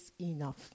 enough